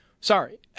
Sorry